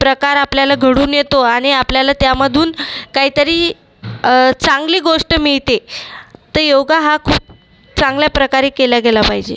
प्रकार आपल्याला घडून येतो आणि आपल्याला त्यामधून काईतरी चांगली गोष्ट मिळते तर योगा हा खूप चांगल्या प्रकारे केला गेला पाहिजे